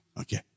okay